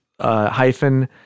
hyphen